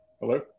Hello